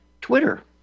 Twitter